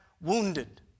wounded